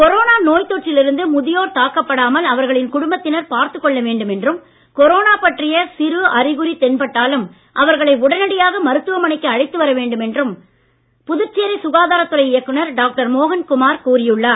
corona நோய்த் தொற்றில் இருந்து முதியோர் தாக்கப் படாமல் அவர்களின் குடும்பத்தினர் பார்த்துக் கொள்ள வேண்டும் என்றும் கொரோனா பற்றிய சிறு அறிகுறி தென்பட்டாலும் அவர்களை உடனடியாக மருத்துவமனைக்கு அழைத்து வர வேண்டும் என்றும் புதுச்சேரி சுகாதாரத் துறை இயக்குனர் கூறியுள்ளார்